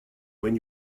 when